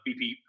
BP